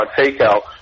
takeout